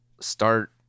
start